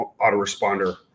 autoresponder